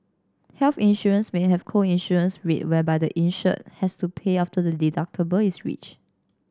health insurance may have a co insurance rate whereby the insured has to pay after the deductible is reached